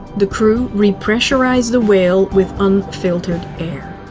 the crew repressurized the whale with unfiltered air.